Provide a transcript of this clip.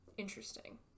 Interesting